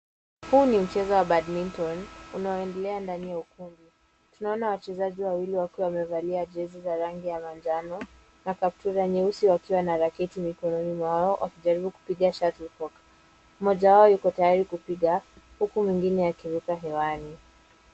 Huu ni mchezo wa badminton unaoendelea ndani ya ukumbi. Tunaona wachezaji wawili wakiwa wamevalia jezi za rangi ya manjano, na kaptula nyeusi wakiwa na raketi mikononi mwao wakijaribu kupiga. Mmoja wao yuko tayari kupiga, huku mwingine akiruka hewani.